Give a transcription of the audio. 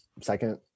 second